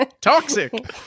toxic